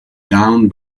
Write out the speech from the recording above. down